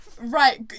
Right